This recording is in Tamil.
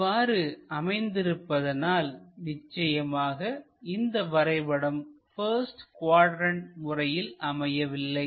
இவ்வாறு அமைந்திருப்பதனால் நிச்சயமாக இந்த வரைபடம் பாஸ்ட் குவாட்ரண்ட் முறையில் அமையவில்லை